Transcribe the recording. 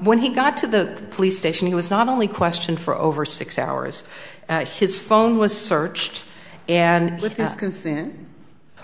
when he got to the police station he was not only question for over six hours his phone was searched and then